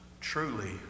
truly